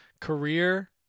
career